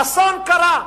אסון קרה: